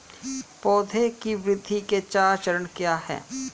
पौधे की वृद्धि के चार चरण क्या हैं?